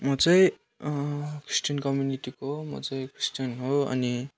म चैँ क्रिस्टियन कम्युनिटीको हो म चैँ क्रिस्टियन हो अनि